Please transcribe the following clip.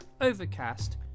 Overcast